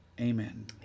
amen